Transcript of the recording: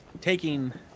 taking